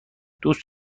دوست